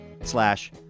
slash